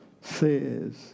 says